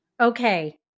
Okay